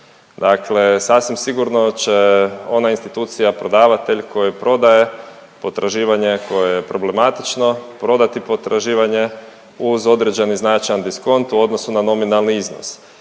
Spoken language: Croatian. Dakle, sasvim sigurno će ona institucija prodavatelj koji prodaje potraživanje koje je problematično, prodati potraživanje uz određeni značajan diskont u odnosu na nominalni iznos.